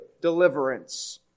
deliverance